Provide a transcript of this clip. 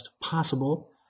possible